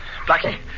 Blackie